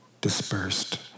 dispersed